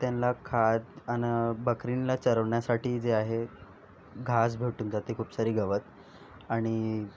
त्यांना खाद आन बकरींना चरवण्यासाठी जे आहे घास भेटून जाते खूप सारी गवत आणि